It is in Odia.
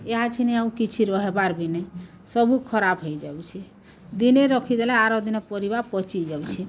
ଇହାଛିନି ଆଉ କିଛି ରହେବାର୍ ଭି ନାଇଁ ସବୁ ଖରାପ୍ ହେଇଯାଉଛେ ଦିନେ ରଖିଦେଲେ ଆର ଦିନ ପରିବା ପଚି ଯାଉଛେ